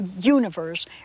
universe